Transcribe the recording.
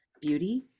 beauty